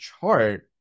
chart